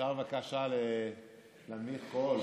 אפשר בבקשה להנמיך קול?